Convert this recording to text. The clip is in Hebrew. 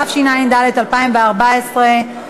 התשע"ד 2014,